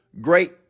great